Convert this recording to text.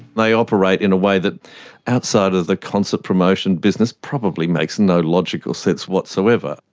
they operate in a way that outside of the concert promotion business probably makes no logical sense whatsoever.